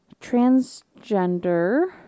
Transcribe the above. transgender